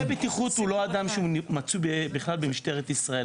מורשה בטיחות הוא לא אדם שמצוי בכלל במשטרת ישראל.